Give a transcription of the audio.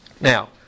Now